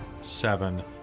seven